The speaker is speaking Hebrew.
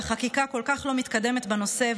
והחקיקה כל כך לא מתקדמת בנושא.